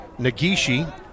Nagishi